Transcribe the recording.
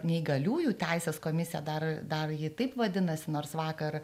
neįgaliųjų teisės komisija dar dar jį taip vadinasi nors vakar